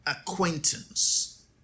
acquaintance